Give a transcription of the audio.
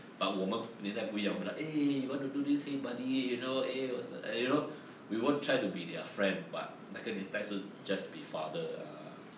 but 我们年代不一样我们的 eh you want to do this !hey! buddy you know eh whas~ eh you know we will try to be their friend but 那个年代是 just be father ah